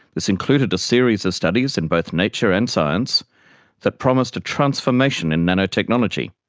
this included a series of studies in both nature and science that promised a transformation in nanotechnology.